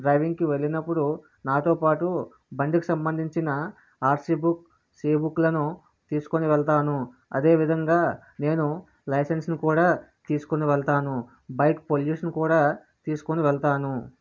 డ్రైవింగ్కి వెళ్ళినప్పుడు నాతో పాటు బండికి సంబంధించిన ఆర్సీ బుక్ సి బుక్లను తీసుకుని వెళ్తాను అదేవిధంగా నేను లైసెన్స్ను కూడా తీసుకుని వెళ్తాను బైక్ పొల్యూషన్ కూడా తీసుకుని వెళ్తాను